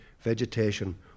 vegetation